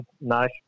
nice